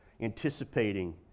anticipating